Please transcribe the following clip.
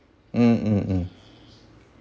mm mm mm